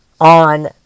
on